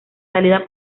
salida